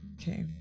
okay